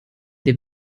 der